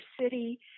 city